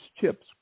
chips